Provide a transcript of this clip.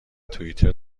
توئیتر